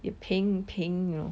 you paying paying you know